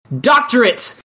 doctorate